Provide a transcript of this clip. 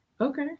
okay